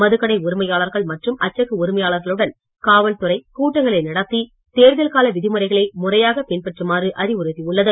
மதுக் கடை உரிமையாளர்கள் மற்றும் அச்சக உரிமையாளர்களுடன் காவல் துறை கூட்டங்களை நடத்தி தேர்தல் கால விதிமுறைகளை முறையாக பின்பற்றுமாறு அறிவுறுத்தியுள்ளது